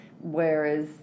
whereas